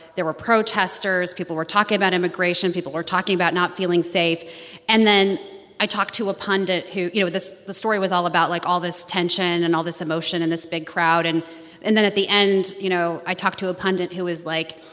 there were protesters. people were talking about immigration. people were talking about not feeling safe and then i talked to a pundit who you know, this story was all about, like, all this tension and all this emotion in this big crowd. and and then at the end, you know, i talked to a pundit who was like,